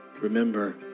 Remember